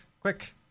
Quick